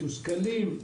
מתוסכלים,